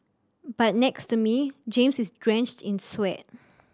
but next to me James is drenched in sweat